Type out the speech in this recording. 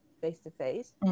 face-to-face